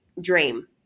dream